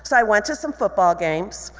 so i went to some football games,